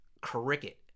cricket